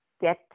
get